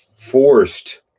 Forced